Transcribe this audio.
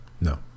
no